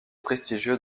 prestigieux